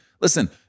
Listen